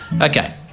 Okay